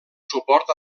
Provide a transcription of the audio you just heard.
suport